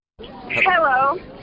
Hello